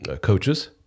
coaches